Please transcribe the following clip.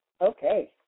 Okay